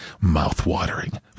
Mouth-watering